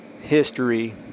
history